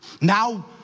Now